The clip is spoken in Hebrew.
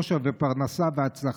אושר ופרנסה והצלחה.